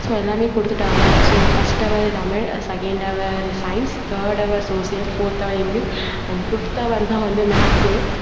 so எல்லாமே கொடுத்துட்டாங்க so first hour Tamil second hour science third hour social fourth hour English and fifth hour தான் வந்து maths